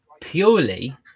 purely